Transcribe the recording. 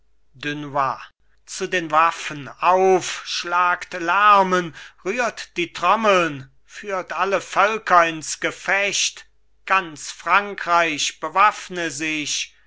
zu den waffen auf schlagt lärmen rührt die trommeln führt alle völker ins gefecht ganz frankreich bewaffne sich